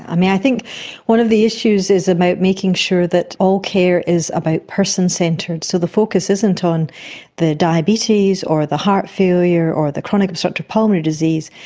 um i think one of the issues is about making sure that all care is about person centred, so the focus isn't on the diabetes or the heart failure or the chronic obstructive pulmonary disease,